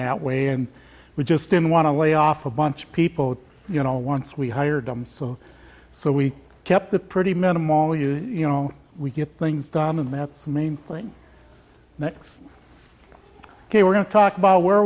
that way and we just don't want to lay off a bunch of people you know once we hired them so so we kept the pretty minimal you know we get things done and that's main playing next ok we're going to talk about where